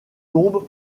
tombe